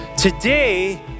Today